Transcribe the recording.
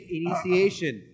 initiation